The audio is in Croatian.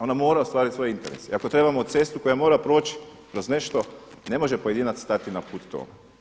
Ona mora ostvariti svoje interese i ako trebamo cestu koja mora proći kroz nešto, ne može pojedinac stati na put tome.